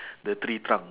the tree trunk